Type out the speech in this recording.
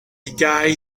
guy